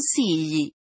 consigli